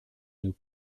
nous